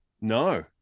No